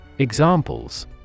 examples